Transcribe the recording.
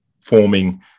forming